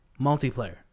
multiplayer